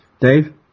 Dave